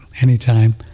anytime